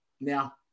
Now